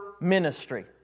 ministry